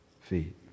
feet